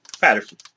Patterson